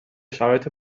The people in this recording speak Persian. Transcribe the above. شرایط